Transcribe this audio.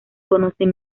conocen